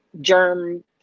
germ